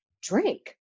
drink